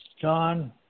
John